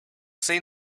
say